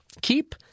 keep